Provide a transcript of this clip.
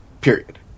Period